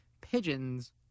Pigeons